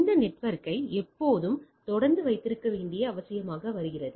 இந்த நெட்வொர்க்கை எப்போதும் தொடர்ந்து வைத்திருக்க வேண்டிய அவசியமாகி வருகிறது